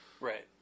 Right